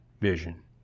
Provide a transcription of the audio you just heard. vision